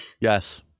yes